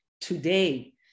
today